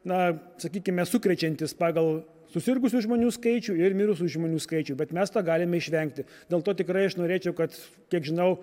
na sakykime sukrečiantis pagal susirgusių žmonių skaičių ir mirusių žmonių skaičių bet mes tą galime išvengti dėl to tikrai aš norėčiau kad kiek žinau